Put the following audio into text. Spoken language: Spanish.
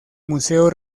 museo